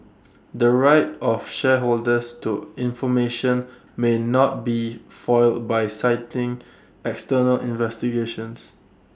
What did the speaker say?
the right of shareholders to information may not be foiled by citing external investigations